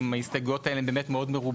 אם ההסתייגויות האלה הן מאוד מרובות,